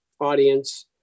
audience